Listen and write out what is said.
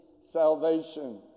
salvation